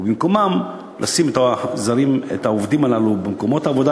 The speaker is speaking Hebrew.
ובמקומם לשים את העובדים הללו במקומות העבודה